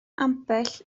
ambell